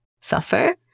suffer